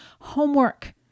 homework